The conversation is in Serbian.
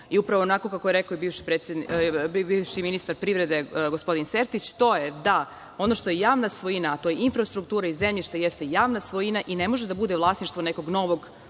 i upravo onako kako je rekao bivši ministar privrede gospodin Sertić, to je da ono što je javna svojina, a to je infrastruktura i zemljište, jeste javna svojina i ne može da bude vlasništvo nekog novog,